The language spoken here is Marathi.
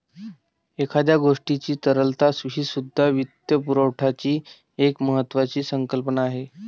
एखाद्या गोष्टीची तरलता हीसुद्धा वित्तपुरवठ्याची एक महत्त्वाची संकल्पना आहे